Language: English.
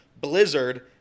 blizzard